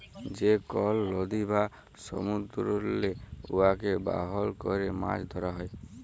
যে কল লদী বা সমুদ্দুরেল্লে উয়াকে বাহল ক্যরে মাছ ধ্যরা হ্যয়